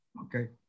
Okay